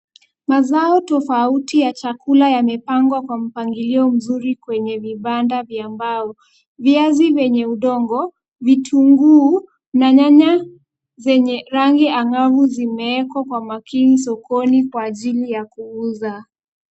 Mazao tofauti ya chakula yamepangwa kwa mpangilio mzuri kwenye vibanda vya mbao. Viazi vyenye udongo, vitunguu na nyanya zenye rangi angavu zimewekwa kwa makini sokoni kwa ajili ya kuuza.